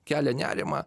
kelia nerimą